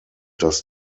das